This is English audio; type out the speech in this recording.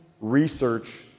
research